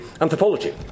anthropology